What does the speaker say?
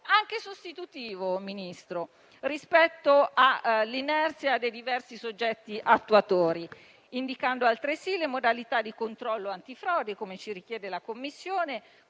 anche sostitutivo, rispetto all'inerzia dei diversi soggetti attuatori, indicando altresì le modalità di controllo antifrode (come ci richiede la Commissione),